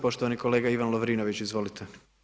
Poštovani kolega Ivan Lovrinović, izvolite.